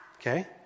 Okay